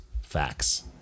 Facts